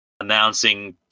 announcing